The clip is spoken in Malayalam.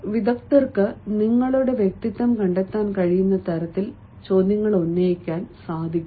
വിദഗ്ദ്ധർക്ക് നിങ്ങളുടെ വ്യക്തിത്വം കണ്ടെത്താൻ കഴിയുന്ന തരത്തിൽ ചോദ്യങ്ങൾ ഉന്നയിക്കുന്നു